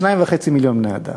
2.5 מיליון בני-אדם,